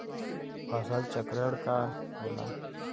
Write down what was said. फसल चक्रण का होला?